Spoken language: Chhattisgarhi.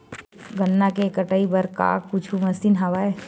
गन्ना के कटाई बर का कुछु मशीन हवय?